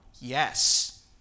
Yes